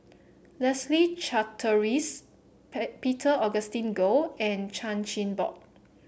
Leslie Charteris Peter Augustine Goh and Chan Chin Bock